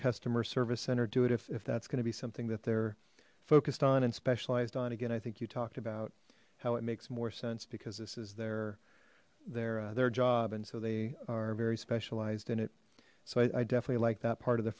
customer service center do it if that's going to be something that they're focused on and specialized on again i think talked about how it makes more sense because this is their their their job and so they are very specialized in it so i definitely like that part of the